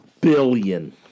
billion